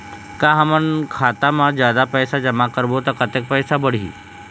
का हमन खाता मा जादा पैसा जमा करबो ता कतेक पैसा बढ़ही?